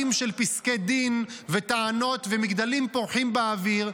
של פסקי דין וטענות ומגדלים פורחים באוויר,